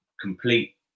complete